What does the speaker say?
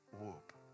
whoop